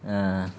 ah